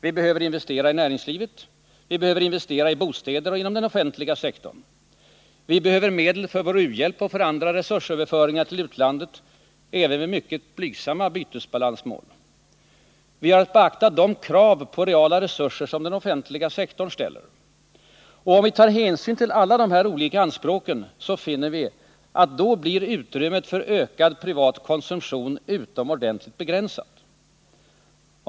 Vi behöver investera i näringslivet, i bostäder och inom den offentliga sektorn. Vi behöver medel för vår u-hjälp och för andra resursöverföringar till utlandet även vid mycket blygsamma bytesbalansmål. Vi har att beakta de krav på reala resurser som den offentliga sektorn ställer. Tar vi hänsyn till alla dessa olika anspråk, finner vi att utrymmet för ökad privat konsumtion blir utomordentligt begränsat.